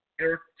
Eric